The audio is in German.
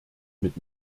mit